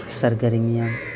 سرگرمیاں